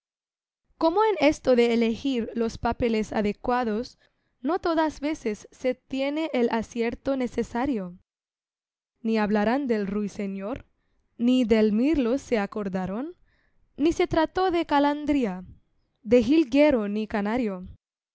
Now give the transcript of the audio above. como en esto de elegir los papeles adecuados no todas veces se tiene el acierto necesario ni hablaron del ruiseñor ni del mirlo se acordaron ni se trató de calandria de jilguero ni canario